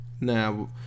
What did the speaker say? Now